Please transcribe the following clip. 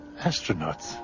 astronauts